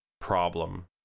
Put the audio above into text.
problem